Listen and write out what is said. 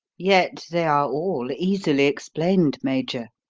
yet they are all easily explained, major.